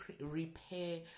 repair